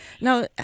Now